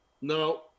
No